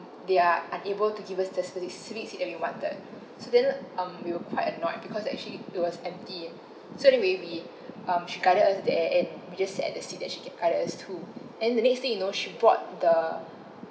they are unable to give us the spefi~ specific seat that we wanted so that's why um we were quite annoyed because actually it was empty so anyway we um she guided us that at end we just sit at the seat that she get guide us to and the next thing you know she brought the